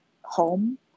home